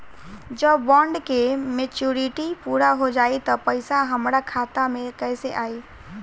जब बॉन्ड के मेचूरिटि पूरा हो जायी त पईसा हमरा खाता मे कैसे आई?